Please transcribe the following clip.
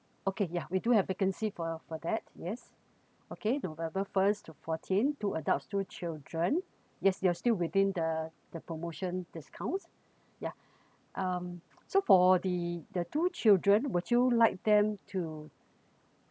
okay yeah we do have vacancy for for that yes okay november first to fourteen two adults two children yes you are still within the the promotion discount ya um so for the the two children would you like them to